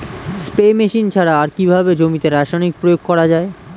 Spray machine ছাড়া আর কিভাবে জমিতে রাসায়নিক প্রয়োগ করা যায়?